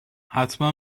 حتما